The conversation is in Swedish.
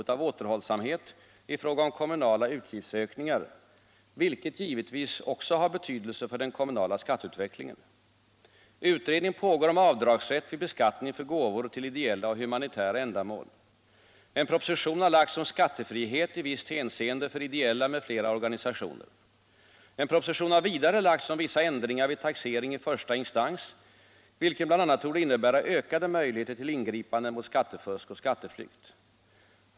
Tisdagen den En proposition har vidare lagts om vissa ändringar vid taxering i första — 10 maj 1977 instans, vilken bl.a. torde innebära ökade möjligheter till ingripande mot skattefusk och skatteflykt.